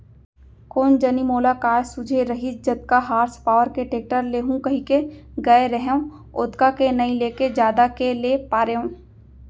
कोन जनी मोला काय सूझे रहिस जतका हार्स पॉवर के टेक्टर लेहूँ कइके गए रहेंव ओतका के नइ लेके जादा के ले पारेंव